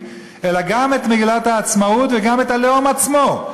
אלא גם את מגילת העצמאות וגם את הלאום עצמו.